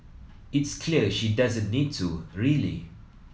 it's clear she doesn't need to really